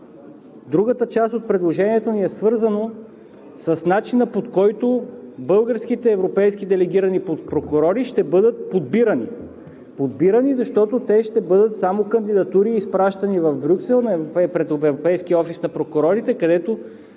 Другата част от предложението ни е свързано с начина, по който българските европейски делегирани прокурори ще бъдат подбирани. Подбирани, защото те ще бъдат само кандидатури, изпращани в Брюксел пред европейския офис на прокурорите, където